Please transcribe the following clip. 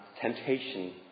temptation